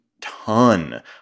ton